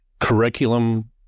curriculum